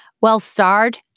Well-starred